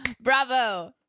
Bravo